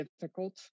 difficult